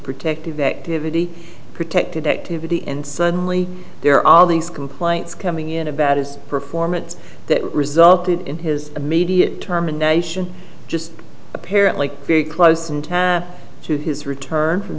vittie protected activity and suddenly there are all these complaints coming in about his performance that resulted in his immediate term a nation just apparently very close and to his return from